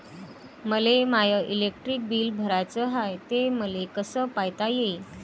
मले माय electric bill भराचं हाय, ते मले कस पायता येईन?